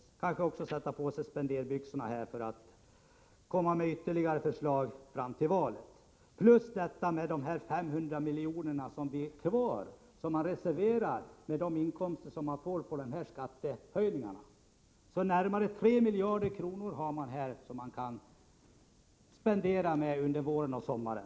Regeringen kanske sätter på sig spenderbyxorna för att komma med ytterligare förslag fram till valet. Dessutom har man 500 miljoner kvar i inkomster från de skattehöjningar som vi beslutar i dag. Regeringen har alltså närmare 3 miljarder kronor att spendera under våren och sommaren.